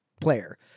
Player